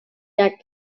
jak